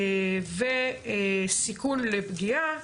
וסיכון לפגיעה.